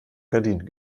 gardinen